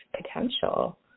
potential